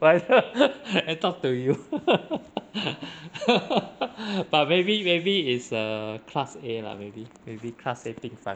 talk to you but maybe maybe it's ah class A lah maybe maybe class A 病房